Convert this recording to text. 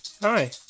Hi